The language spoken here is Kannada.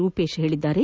ರೂಪೇಶ್ ಹೇಳಿದ್ದಾರೆ